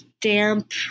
damp